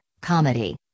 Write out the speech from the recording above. Comedy